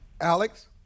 Alex